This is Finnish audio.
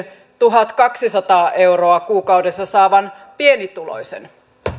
tuhatkaksisataa euroa kuukaudessa saavan pienituloisen